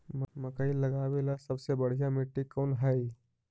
मकई लगावेला सबसे बढ़िया मिट्टी कौन हैइ?